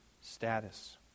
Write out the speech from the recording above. status